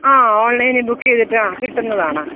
ആ ഓൺലൈനിൽ ബുക്ക് ചെയ്തിട്ട് ആ കിട്ടുന്നതാണ്